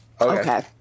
Okay